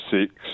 six